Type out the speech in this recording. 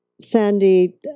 Sandy